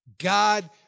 God